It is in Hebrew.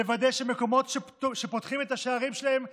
לוודא שמקומות שפותחים את השערים שלהם לילדים,